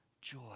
joy